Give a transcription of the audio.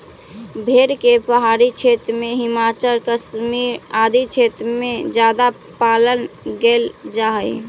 भेड़ के पहाड़ी क्षेत्र में, हिमाचल, कश्मीर आदि क्षेत्र में ज्यादा पालन कैल जा हइ